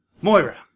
Moira